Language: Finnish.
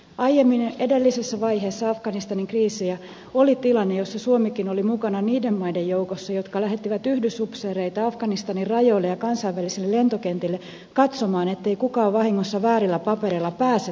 aiemmin edellisessä vaiheessa afganistanin kriisiä oli tilanne jossa suomikin oli mukana niiden maiden joukossa jotka lähettivät yhdysupseereita afganistanin rajoille ja kansainvälisille lentokentille katsomaan ettei kukaan vahingossa väärillä papereilla pääse tänne hienoon suomeen